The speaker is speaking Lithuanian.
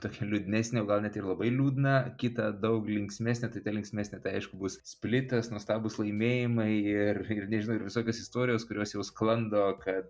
tokią liūdnesnę o gal net ir labai liūdną kitą daug linksmesnę tai ta linksmesnė tai aišku bus splitas nuostabūs laimėjimai ir ir nežinau ir visokios istorijos kurios jau sklando kad